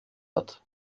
hat